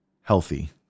healthy